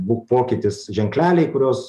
būk pokytis ženkleliai kurios